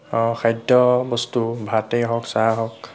খাদ্যবস্তু ভাতেই হওক চাহ হওক